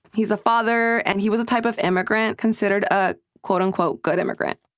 he's a father. and he was a type of immigrant considered a, quote, unquote, good immigrant,